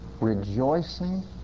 rejoicing